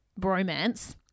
bromance